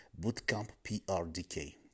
bootcampprdk